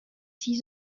six